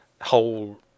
whole